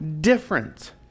different